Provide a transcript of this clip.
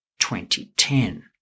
2010